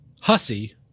Hussy